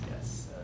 Yes